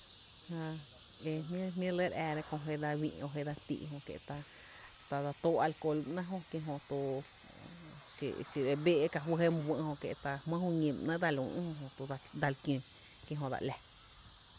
Jää e jmí’ re lɇ re ⱥⱥra kö je dsa wï’ o kö je dsa tii’ jö kie’ta dsa too’ alcohol ba ‘náá’ jö kie’ jöto xiro e bee’ ka juý je my wï’ kie’ ta jmýý ju ñi ba ‘néé’ dsa li üú’ dsali kiöö ki jï dsa ‘laa.